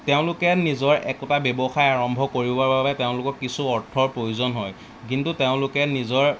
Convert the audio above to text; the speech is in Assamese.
তেওঁলোকে নিজৰ একোটা ব্যৱসায় আৰম্ভ কৰিবৰ বাবে তেওঁলোকক কিছু অৰ্থৰ প্ৰয়োজন হয় কিন্তু তেওঁলোকে নিজৰ